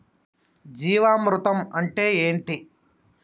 జీవామృతం అంటే ఏంటి?